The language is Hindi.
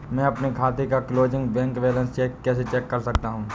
मैं अपने खाते का क्लोजिंग बैंक बैलेंस कैसे चेक कर सकता हूँ?